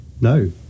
No